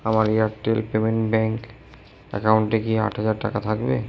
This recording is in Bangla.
আমার এয়ারটেল পেমেন্ট ব্যাঙ্ক অ্যাকাউন্টে কি আট হাজার টাকা থাকবে